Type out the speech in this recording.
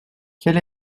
quel